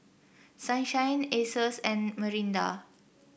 Sunshine Asus and Mirinda